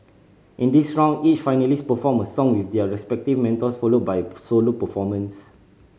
in this round each finalist performed a song with their respective mentors followed by solo performance